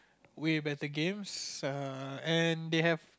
way better games err and they have